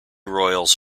royals